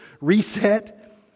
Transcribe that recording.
Reset